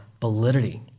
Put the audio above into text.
validity